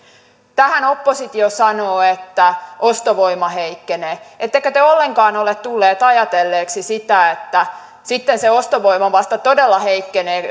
tähän oppositio sanoo että ostovoima heikkenee ettekö te ollenkaan ole tulleet ajatelleeksi sitä että sitten se ostovoima vasta todella heikkenee